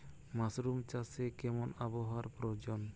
Mushroom চাষে কেমন আবহাওয়ার প্রয়োজন?